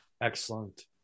Excellent